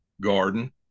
garden